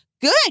good